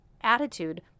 attitude